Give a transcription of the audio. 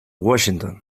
washington